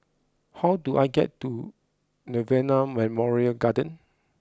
how do I get to Nirvana Memorial Garden